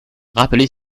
rappelait